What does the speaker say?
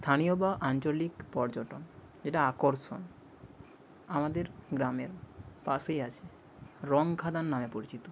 স্থানীয় বা আঞ্চলিক পর্যটন যেটা আকর্ষণ আমাদের গ্রামের পাশেই আছে রঙ খাদান নামে পরিচিত